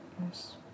Yes